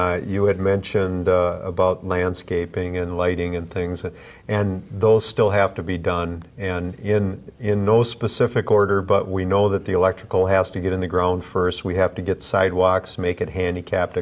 you had mentioned about landscaping and lighting and things and those still have to be done and in in those specific order but we know that the electrical has to get in the ground first we have to get sidewalks make it handicapped